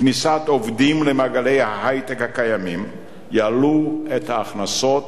כניסת עובדים למעגלי היי-טק קיימים יעלו את ההכנסות,